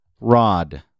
rod